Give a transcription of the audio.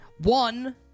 One